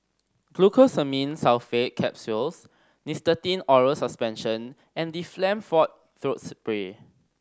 Glucosamine Sulfate Capsules Nystatin Oral Suspension and Difflam Forte Throat Spray